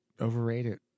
overrated